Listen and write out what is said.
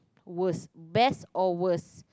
worst best or worst